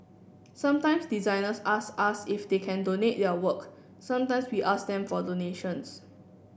sometimes designers ask us if they can donate their work sometimes we ask them for donations